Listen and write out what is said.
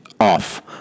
Off